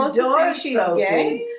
um so um she's okay.